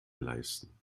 leisten